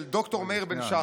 של ד"ר מאיר בן שחר,